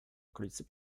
okolicy